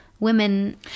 women